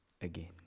again